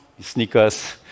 sneakers